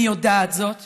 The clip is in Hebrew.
אני יודעת זאת